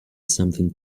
something